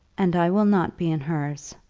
and i will not be in hers,